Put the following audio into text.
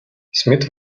smith